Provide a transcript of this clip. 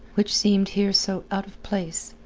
which seemed here so out of place,